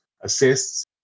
assists